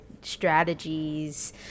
strategies